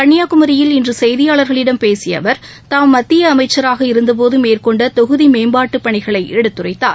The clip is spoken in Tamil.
கன்னியாகுமரியில் இன்று செய்தியாளர்களிடம் பேசிய அவர் தாம் மத்திய அமைச்சராக இருந்தபோது மேற்கொண்ட தொகுதி மேம்பாட்டுப் பணிகளை எடுத்துரைத்தார்